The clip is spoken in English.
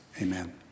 amen